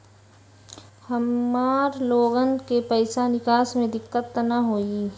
हमार लोगन के पैसा निकास में दिक्कत त न होई?